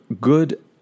good